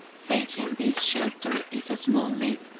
facing this shelter is a small lake,